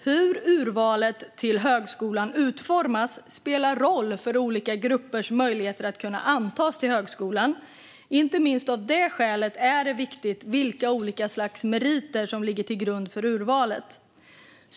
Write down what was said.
Hur urvalet till högskolan utformas spelar roll för olika gruppers möjligheter att antas till högskolan. Inte minst av det skälet är det viktigt vilka olika slags meriter som ligger till grund för urvalet.